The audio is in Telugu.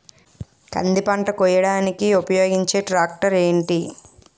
కంది పంట కోయడానికి ఉపయోగించే ట్రాక్టర్ ఏంటి?